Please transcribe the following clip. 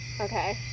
Okay